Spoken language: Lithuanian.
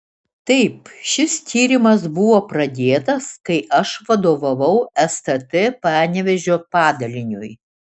taip šis tyrimas buvo pradėtas kai aš vadovavau stt panevėžio padaliniui